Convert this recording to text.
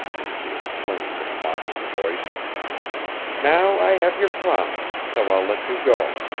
and she exclaimed in a mocking voice now i have your promise, so i'll let you go.